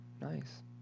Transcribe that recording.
Nice